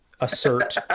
Assert